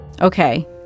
Okay